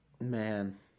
Man